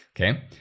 okay